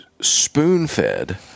spoon-fed